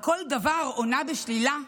על כל דבר עונה בשלילה,